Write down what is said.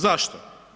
Zašto?